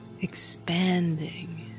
expanding